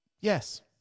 yes